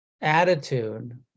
attitude